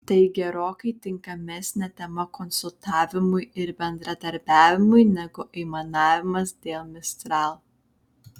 tai gerokai tinkamesnė tema konsultavimui ir bendradarbiavimui negu aimanavimas dėl mistral